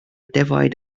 defaid